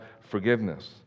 forgiveness